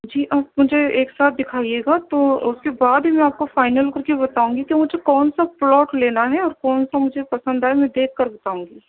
جی آپ مجھے ایک ساتھ دکھائیے گا تو اُس کے بعد ہی میں آپ کو فائنل کرکے بتاؤں گی کہ مجھے کون سا پلاٹ لینا ہے اور کون سا مجھے پسند آئے میں دیکھ کر بتاؤں گی